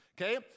okay